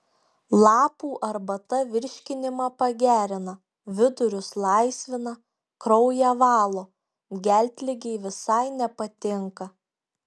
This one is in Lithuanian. lapų arbata virškinimą pagerina vidurius laisvina kraują valo geltligei visai nepatinka